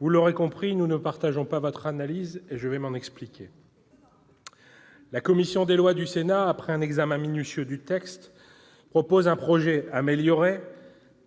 Vous l'aurez compris, nous ne partageons pas votre analyse, et je vais m'en expliquer. C'est étonnant ! La commission des lois du Sénat, après un examen minutieux du texte, propose un projet de loi amélioré,